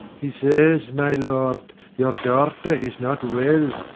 he says, my lord, your daughter is not well.